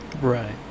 Right